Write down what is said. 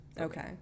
Okay